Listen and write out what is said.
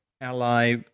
ally